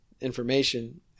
information